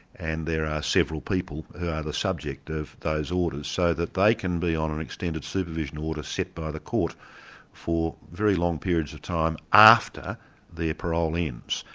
and there are several people who are the subject of those orders, so that they can be on an extended supervision order set by the court for very long periods of time after their parole ends.